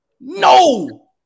No